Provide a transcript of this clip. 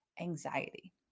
anxiety